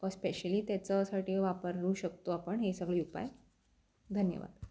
specially त्याच्यासाठी वापरू शकतो आपण हे सगळे उपाय धन्यवाद